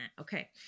Okay